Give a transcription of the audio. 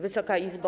Wysoka Izbo!